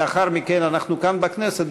לאחר מכן אנחנו כאן בכנסת,